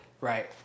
Right